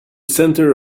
center